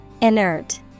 Inert